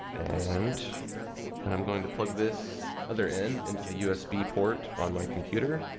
and and i'm going to put this other end into the usb port on my computer.